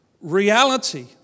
reality